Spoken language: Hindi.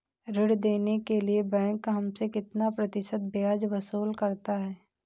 ऋण देने के लिए बैंक हमसे कितना प्रतिशत ब्याज वसूल करता है?